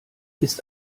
ist